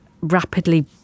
rapidly